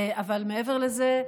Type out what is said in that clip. אבל מעבר לזה,